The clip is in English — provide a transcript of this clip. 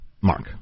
Mark